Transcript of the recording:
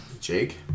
Jake